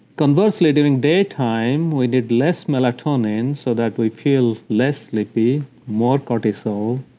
conversely, during daytime, we need less melatonin so that we feel less sleepy more cortisol,